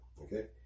Okay